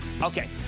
Okay